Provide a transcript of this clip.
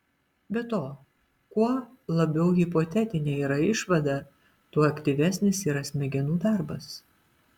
be to kuo labiau hipotetinė yra išvada tuo aktyvesnis yra smegenų darbas